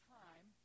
time